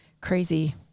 crazy